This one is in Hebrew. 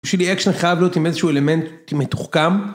כדי שיהי לי אקשן, חייב להיות עם איזה שהוא אלמנט מתוחכם.